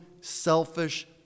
selfish